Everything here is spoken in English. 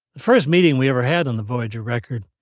the first meeting we ever had on the voyager record,